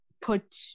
put